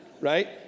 right